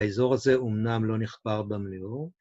‫האזור הזה אמנם לא נחפר במלואו.